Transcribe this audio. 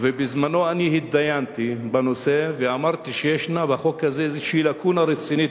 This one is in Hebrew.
ובזמנו אני התדיינתי בנושא ואמרתי שישנה בחוק הזה לקונה רצינית,